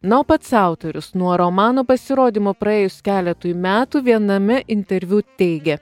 na o pats autorius nuo romano pasirodymo praėjus keletui metų viename interviu teigia